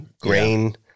grain